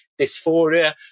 dysphoria